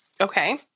Okay